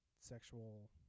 sexual